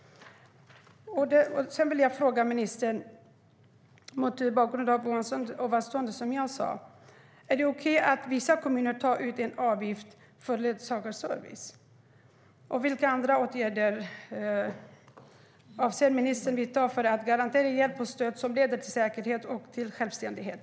Jag vill fråga ministern, mot bakgrund av det som jag nu har sagt: Är det okej att vissa kommuner tar ut en avgift för ledsagarservice, och vilka andra åtgärder avser ministern att vidta för att garantera hjälp och stöd som leder till säkerhet och till självständighet?